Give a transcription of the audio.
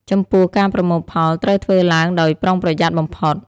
ចំពោះ ការប្រមូលផលត្រូវធ្វើឡើងដោយប្រុងប្រយ័ត្នបំផុត។